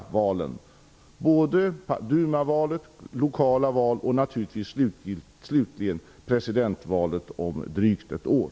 Det gäller såväl dumavalen som de lokala valen och naturligtvis presidentvalet om drygt ett år.